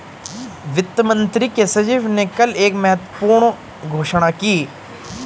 वित्त मंत्री के सचिव ने कल एक महत्वपूर्ण घोषणा की